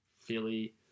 Philly